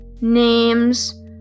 names